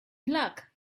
luck